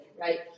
right